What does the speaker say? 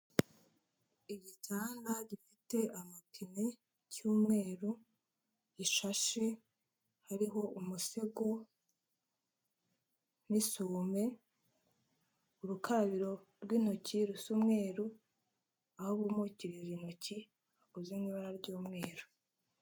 Igitanda gifite amapine cy'umweru gishashe hariho umusego n'isubume, urukabiro rw'intoki rusa umweru, aho bumukiriza intoki hakozwe mu ibara ry'umweru.